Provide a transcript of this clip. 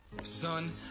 Son